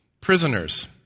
Prisoners